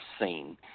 seen